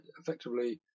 effectively